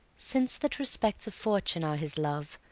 since that respects of fortune are his love,